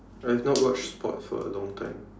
I've not watched sports for a long time